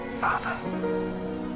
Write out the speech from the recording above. Father